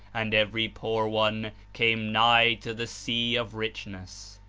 and every poor one came nigh to the sea of richness.